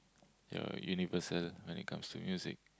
you're universal when it comes to music